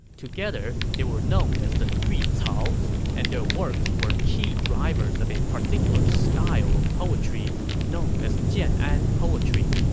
together, they were known as the three caos, and their works were key drivers of a particular style of poetry known as jian'an and poetry,